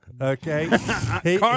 okay